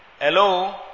Hello